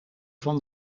van